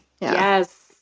Yes